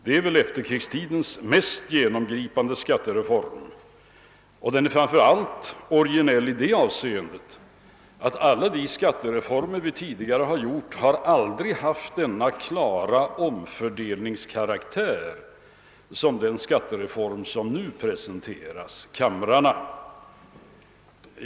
Det är väl efterkrigstidens mest genomgripande skattereform, och den är framför allt originell i det avseendet att alla de skattereformer vi tidigare beslutat aldrig har haft den klara omfördelningskaraktär som den skattereform har som nu presenteras kamrarna.